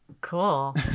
Cool